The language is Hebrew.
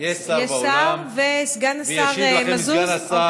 יש שר באולם וישיב לכם סגן השר ירון מזוז.